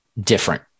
different